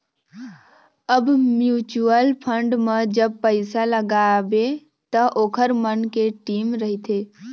अब mutual fund म जब पइसा लगाबे त ओखर मन के टीम रहिथे